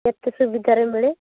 କେତେ ସୁବିଧାରେ ମିଳେ